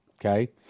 Okay